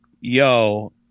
yo